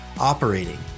operating